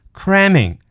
cramming